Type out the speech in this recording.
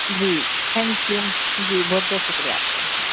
G thank you جی بہت بہت شکریہ آپ کا